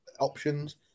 options